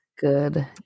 good